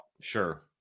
Sure